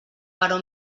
però